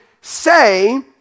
say